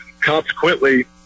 consequently